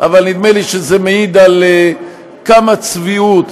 אבל נדמה לי שזה מעיד על כמה צביעות,